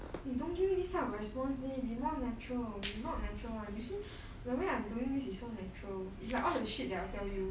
eh don't give me this kind of response leh be more natural you not natural [one] you see the way I'm doing this is so natural it's like all the shit that I'll tell you